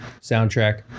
soundtrack